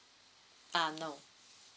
ah no